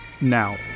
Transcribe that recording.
now